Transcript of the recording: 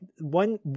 one